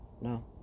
no